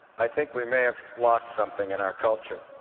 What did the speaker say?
i think we may have lost something in our culture.